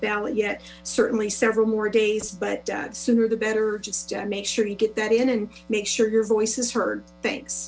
ballot yet certainly several more days but the sooner the better just make sure you get that in and make sure your voice is heard thanks